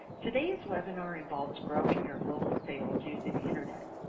todayis webinar involves growing your global sales using the internet.